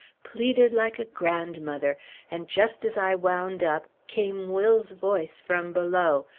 pleaded like a grandmother and just as i wound up, came will's voice from below,